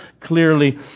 clearly